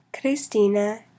Christina